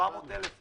אני